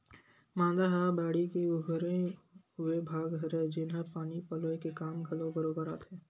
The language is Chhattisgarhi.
मांदा ह बाड़ी के उभरे हुए भाग हरय, जेनहा पानी पलोय के काम घलो बरोबर आथे